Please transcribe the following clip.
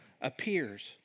appears